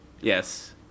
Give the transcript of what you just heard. Yes